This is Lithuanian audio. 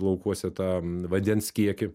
laukuose tą vandens kiekį